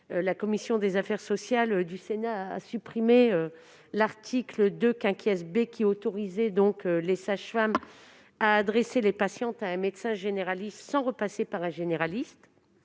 La commission des affaires sociales du Sénat a supprimé l'article 2 B, qui autorisait les sages-femmes à adresser leurs patientes à un médecin spécialiste sans passer par le